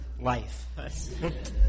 life